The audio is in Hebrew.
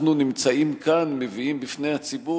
אנחנו נמצאים כאן ומביאים בפני הציבור